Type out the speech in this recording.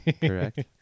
Correct